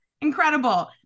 Incredible